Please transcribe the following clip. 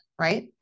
right